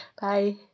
Bye